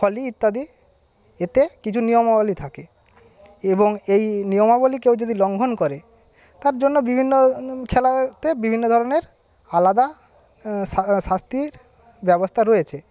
volley ইত্যাদি এতে কিছু নিয়মাবলি থাকে এবং এই নিয়মাবলি কেউ যদি লঙ্ঘন করে তার জন্য বিভিন্ন খেলাতে বিভিন্ন ধরণের আলাদা শাস্তির ব্যবস্থা রয়েছে